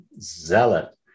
zealot